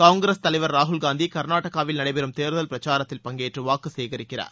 காங்கிரஸ் தலைவர் ராகுல் காந்தி கர்நாடகாவில் நடைபெறும் தேர்தல் பிரச்சாரத்தில் பங்கேற்று வாக்கு சேகரிக்கிறார்